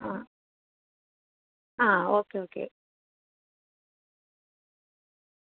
ആ ആ okay okay